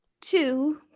Two